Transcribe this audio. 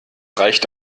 reicht